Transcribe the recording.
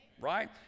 Right